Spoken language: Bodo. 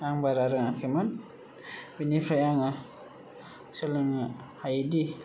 बारा रोङाखैमोन बिनिफ्राय आं सोलोंनो हायोदि